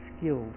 skilled